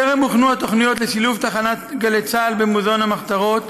טרם הוכנו התוכניות לשילוב תחנת גלי צה"ל במוזיאון המחתרות,